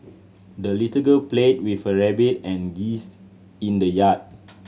the little girl played with her rabbit and geese in the yard